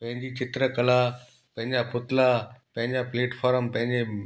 पंहिंजी चित्रकला पंहिंजा पुतला पंहिंजा प्लैटफॉर्म पंहिंजे